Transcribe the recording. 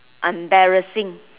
embarrassing